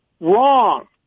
wrong